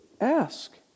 ask